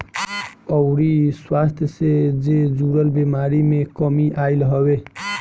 अउरी स्वास्थ्य जे जुड़ल बेमारी में कमी आईल हवे